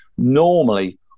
Normally